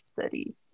city